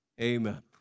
amen